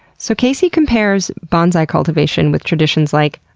so casey compares bonsai cultivation with traditions like,